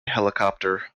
helicopter